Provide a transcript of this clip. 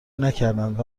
نکردند